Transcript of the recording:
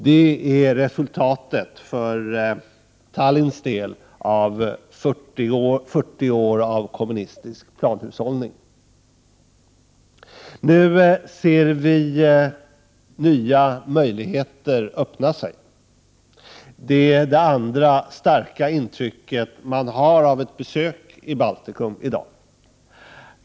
Detta är för Tallinns del resultatet av 40 år av kommunistisk planhushållning. Nu ser vi nya möjligheter öppna sig. Detta är det andra starka intryck man får av ett besök i Baltikum i dag.